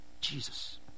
Jesus